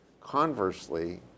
Conversely